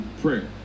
prayer